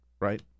right